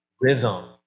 rhythm